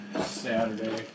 Saturday